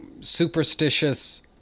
superstitious